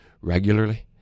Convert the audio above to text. regularly